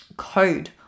code